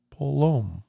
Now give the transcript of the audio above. Polom